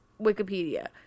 wikipedia